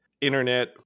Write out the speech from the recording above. internet